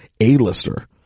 A-lister